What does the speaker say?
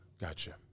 Gotcha